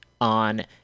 on